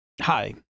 Hi